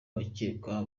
bakekwa